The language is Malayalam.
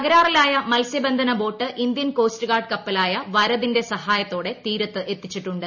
തകരാറിലായ മത്സ്യബന്ധന ബോട്ട് ഇന്ത്യൻ കോസ്റ്റ് ഗാർഡ് കപ്പലായ വരദിന്റെ സഹായത്തോടെ തീരത്ത് എത്തിച്ചിട്ടുണ്ട്